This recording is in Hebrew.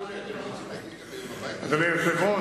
אדוני היושב-ראש,